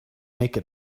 make